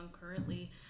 currently